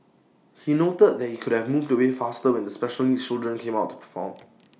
he noted that he could have moved away faster when the special needs children came out to perform